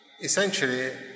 essentially